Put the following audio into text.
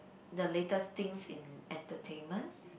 the latest things in entertainment